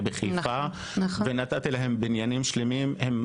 אז נתתי להן בניינים שלמים בשכונות האלה